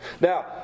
Now